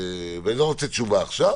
ואני לא רוצה עכשיו תשובה